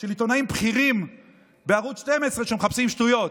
של עיתונאים בכירים בערוץ 12 שמחפשים שטויות.